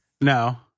No